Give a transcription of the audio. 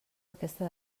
aquesta